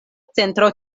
centro